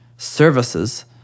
Services